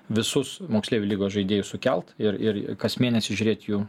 visus moksleivių lygos žaidėjus sukelt ir ir kas mėnesį žiūrėti jų